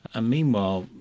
ah meanwhile,